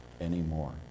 anymore